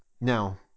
Now